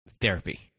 therapy